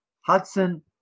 Hudson